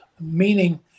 meaning